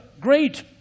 great